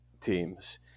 teams